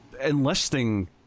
enlisting